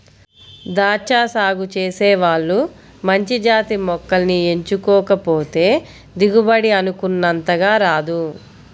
దాచ్చా సాగు చేసే వాళ్ళు మంచి జాతి మొక్కల్ని ఎంచుకోకపోతే దిగుబడి అనుకున్నంతగా రాదు